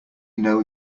know